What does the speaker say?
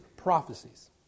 Prophecies